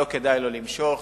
לא כדאי לו למשוך,